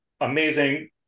amazing